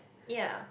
ya